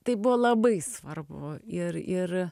tai buvo labai svarbu ir ir